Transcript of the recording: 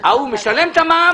ההוא משלם את המע"מ,